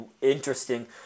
interesting